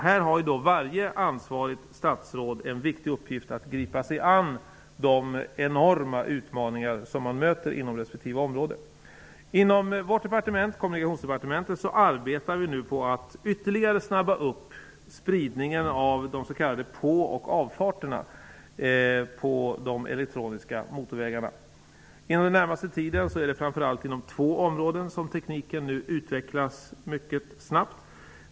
Här har varje ansvarigt statsråd en viktig uppgift när det gäller att gripa sig an de enorma utmaningar som man möter inom respektive område. Inom vårt departement, kommunikationsdepartementet, arbetar vi nu på att ytterligare snabba på spridningen av de s.k. påoch avfarterna på de elektroniska motorvägarna. Inom den närmaste tiden är det framför allt inom två områden som tekniken utvecklas mycket snabbt.